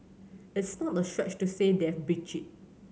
it's not a stretch to say they've breached it